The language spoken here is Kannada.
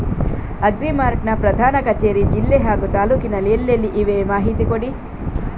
ಅಗ್ರಿ ಮಾರ್ಟ್ ನ ಪ್ರಧಾನ ಕಚೇರಿ ಜಿಲ್ಲೆ ಹಾಗೂ ತಾಲೂಕಿನಲ್ಲಿ ಎಲ್ಲೆಲ್ಲಿ ಇವೆ ಮಾಹಿತಿ ಕೊಡಿ?